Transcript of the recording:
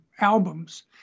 albums